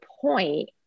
point